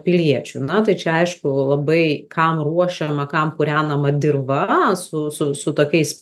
piliečių na tai čia aišku labai kam ruošiama kam purenama dirva su su su tokiais